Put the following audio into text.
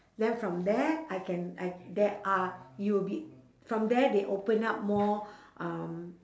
then from there I can I there are you'll be from there they open up more um